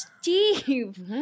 Steve